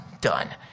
done